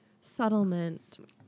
settlement